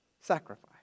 sacrifice